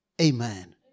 amen